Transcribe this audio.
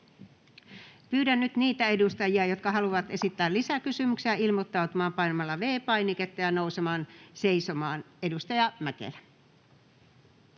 Pyydän nyt niitä edustajia, jotka haluavat esittää lisäkysymyksiä, ilmoittautumaan painamalla V-painiketta ja nousemaan seisomaan. — Edustaja Mäkelä.